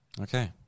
Okay